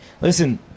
listen